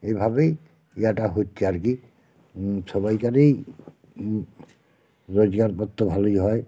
এইভাবেই ইয়েটা হচ্ছে আর কি সবাইকারই রোজগারপত্র ভালোই হয়